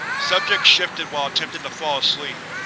subject shifted while attempting to fall asleep.